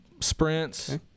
sprints